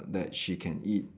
that she can eat